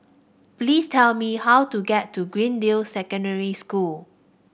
please tell me how to get to Greendale Secondary School